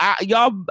y'all